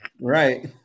Right